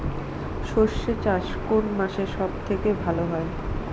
সর্ষে চাষ কোন মাসে সব থেকে ভালো হয়?